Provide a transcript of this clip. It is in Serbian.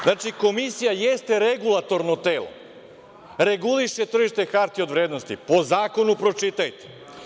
Znači, Komisija jeste regulatorno telo, reguliše tržište hartija od vrednosti po zakonu, pročitajte.